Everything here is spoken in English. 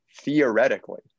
theoretically